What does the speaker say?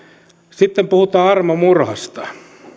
sitten puhutaan armomurhasta